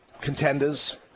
Contenders